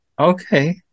Okay